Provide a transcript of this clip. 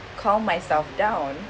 calm myself down